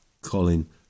Colin